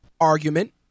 argument